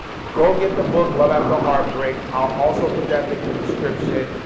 go get the book love after heartbreak. i'll also put that link in the description.